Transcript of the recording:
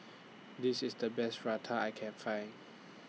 This IS The Best Raita I Can Find